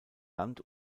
land